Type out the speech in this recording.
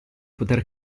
poter